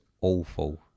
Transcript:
awful